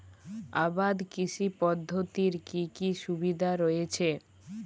আবাদ কৃষি পদ্ধতির কি কি সুবিধা রয়েছে?